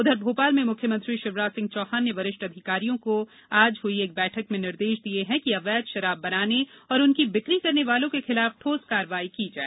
उधर भोपाल में मुख्यमंत्री शिवराज सिंह चौहान ने वरिष्ठ अधिकारियों को आज हुई एक बैठक में निर्देश दिये हैं कि अवैध शराब बनाने और उनकी बिकी करने वालों के खिलाफ ठोस कार्रवाई की जाए